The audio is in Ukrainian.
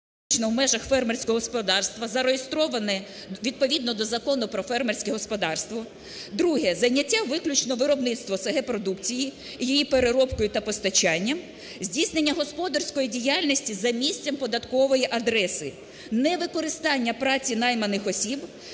виключно в межах фермерського господарства, зареєстроване відповідно до Закону "Про фермерське господарство"; друге – зайняття виключно виробництвом с/г продукції, її переробкою та постачанням; здійснення господарської діяльності за місцем податкової адреси; невикористання праці найманих осіб